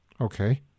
Okay